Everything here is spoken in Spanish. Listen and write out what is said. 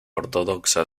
ortodoxa